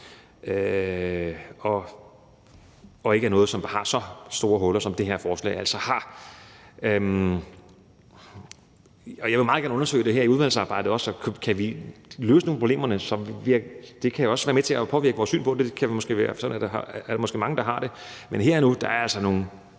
som ikke er noget, som har så store huller, som det her forslag altså har. Jeg vil meget gerne undersøge det her i udvalgsarbejdet, og kan vi løse nogle af problemerne, kan det også være med til at påvirke vores syn på det, og sådan er der måske mange, der har det. Men her og nu er der altså nogle